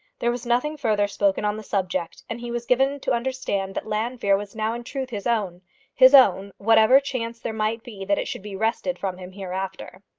there was nothing further spoken on the subject, and he was given to understand that llanfeare was now in truth his own his own, whatever chance there might be that it should be wrested from him hereafter.